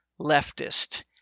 leftist